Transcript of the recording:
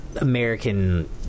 American